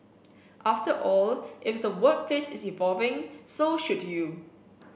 after all if the workplace is evolving so should you